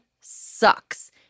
sucks